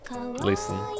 listen